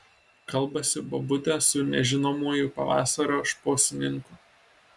kalbasi bobutė su nežinomuoju pavasario šposininku